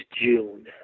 June